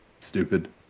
stupid